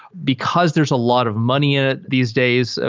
because there's a lot of money ah these days, ah